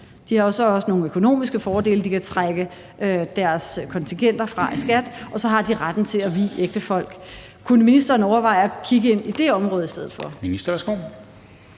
så også nogle økonomiske fordele – de kan trække deres kontingenter fra i skat, og så har de retten til at vie ægtefolk. Kunne ministeren overveje at kigge ind i det område i stedet for?